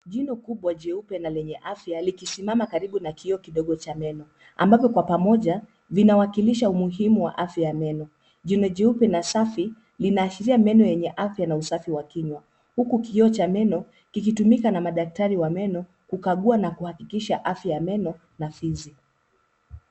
Jino kubwa jeupe na lenye afya likisimama karibu na kioo kidogo cha meno ambapo kwa pamoja vinawakilisha umuhimu wa afya ya meno. Jino jeupe na safi linaashiria meno yenye afya na usafi wa kinywa, huku kioo cha meno kikitumika na madaktari wa meno kukagua na kuhakikisha afya ya meno na fizi.